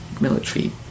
military